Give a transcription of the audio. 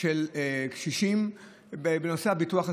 של קשישים בנושא הביטוח הסיעודי,